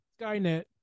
Skynet